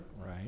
Right